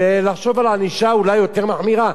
ולחשוב על ענישה אולי יותר מחמירה,